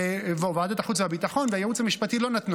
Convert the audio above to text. ועדת החוץ והביטחון והייעוץ המשפטי לא נתנו.